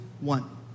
one